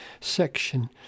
section